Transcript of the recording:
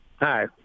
Hi